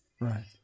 right